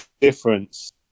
difference